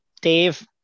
Dave